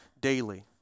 daily